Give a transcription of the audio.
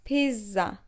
Pizza